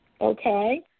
Okay